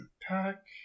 pack